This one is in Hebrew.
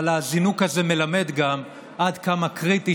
אבל הזינוק הזה מלמד גם עד כמה קריטי